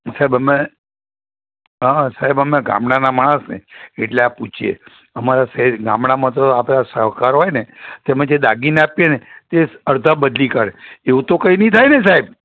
સાહેબ અમે હં સાહેબ અમે ગામડાના માણસને એટલે આ પૂછીએ અમારા શહેર ગામડામાં તો આપણે આ શાહુકાર હોય ને તેમાં જે દાગીના આપીએને તે અડધા બદલી કાઢે એવું તો કંઈ નહીં થાય ને સાહેબ